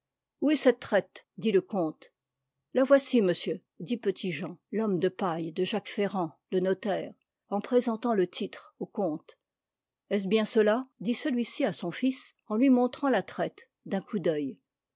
où est cette traite dit le comte la voici monsieur dit petit-jean l'homme de paille de jacques ferrand le notaire en présentant le titre au comte est-ce bien cela dit celui-ci à son fils en lui montrant la traite d'un coup d'oeil